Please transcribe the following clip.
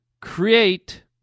create